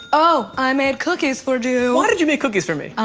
oh, i made cookies for you. why did you make cookies for me?